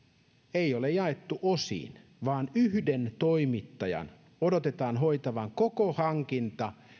ei ole jaettu osiin vaan yhden toimittajan odotetaan hoitavan koko hankinta